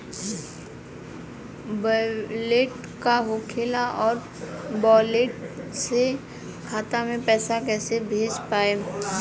Wallet का होखेला और वैलेट से खाता मे पईसा कइसे भेज पाएम?